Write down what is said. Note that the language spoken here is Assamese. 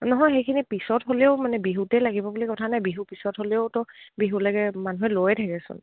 নহয় সেইখিনি পিছত হ'লেও মানে বিহুতেই লাগিব বুলি কথা নাই বিহু পিছত হ'লেওতো বিহুলৈকে মানুহে লৈে থাকেচোন